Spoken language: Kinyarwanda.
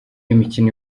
imikino